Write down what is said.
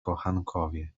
kochankowie